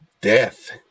death